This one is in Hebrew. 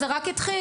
זה רק התחיל.